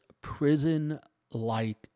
prison-like